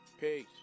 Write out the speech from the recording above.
Peace